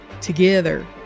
together